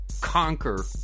conquer